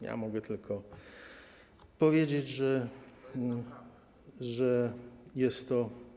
Ja mogę tylko powiedzieć, że jest to.